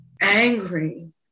angry